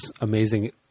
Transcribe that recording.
amazing